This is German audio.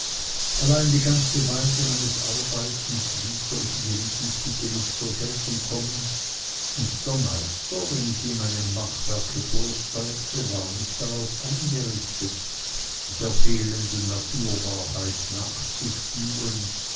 allein die ganze weise meines arbeitens ließ solche gewissensbisse nicht zur geltung kommen und der meister wenn ich ihm meine machwerke vorzeigte war nicht darauf eingerichtet der fehlenden naturwahrheit nachzuspüren